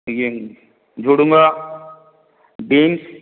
ଇଏ ଝୁଡ଼ଙ୍ଗ ବିନ୍ସ୍